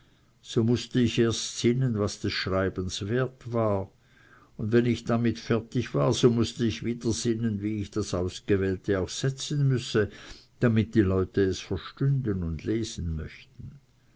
so mußte ich erst sinnen was des schreibens wert sei und wenn ich damit fertig war so mußte ich wieder sinnen wie ich das ausgewählte auch setzen müsse damit die leute es verstünden und lesen möchten